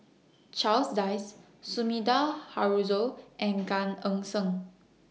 Charles Dyce Sumida Haruzo and Gan Eng Seng